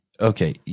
Okay